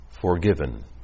forgiven